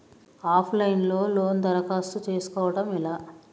Of line లో loan దరఖాస్తు చేసుకోవడం ఎలా?